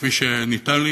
כפי שניתן לי.